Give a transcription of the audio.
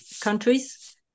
countries